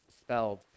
spelled